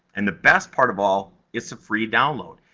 and the best part of all it's a free download!